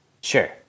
Sure